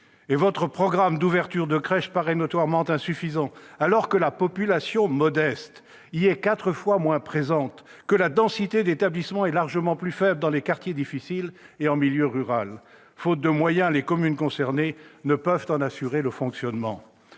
Votre programme d'ouverture de crèches paraît notoirement insuffisant, alors que les enfants modestes y sont quatre fois moins présents et que la densité d'établissements est largement plus faible dans les quartiers difficiles et en milieu rural. Faute de moyens, les communes concernées ne peuvent en assurer le fonctionnement.